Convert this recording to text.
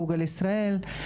גוגל ישראל,